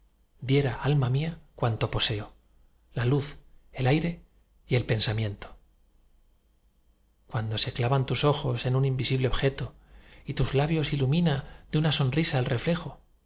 diera alma mía cuanto poseo la luz el aire y el pensamiento cuando se clavan tus ojos en un invisible objeto y tus labios ilumina de una sonrisa el reflejo